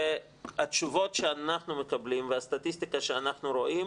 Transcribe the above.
והתשובות שאנחנו מקבלים והסטטיסטיקה שאנחנו רואים,